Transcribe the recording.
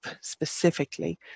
specifically